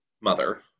Mother